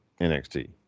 NXT